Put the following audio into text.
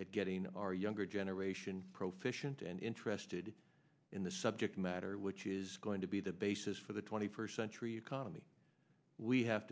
at getting our younger generate ition pro fish and and interested in the subject matter which is going to be the basis for the twenty first century economy we have